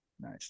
Nice